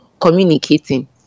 communicating